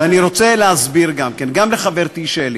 ואני רוצה להסביר גם כן, גם לחברתי שלי.